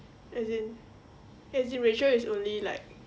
as in as in rachel is only like